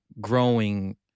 growing